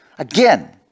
Again